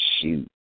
Shoot